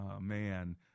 man